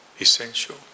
essential